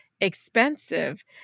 expensive